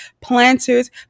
planters